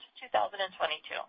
2022